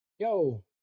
yo